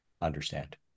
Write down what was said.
understand